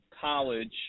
college